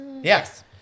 Yes